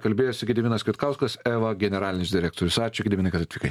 kalbėjosi gediminas kvietkauskas eva generalinis direktorius ačiū gediminai kad atvykai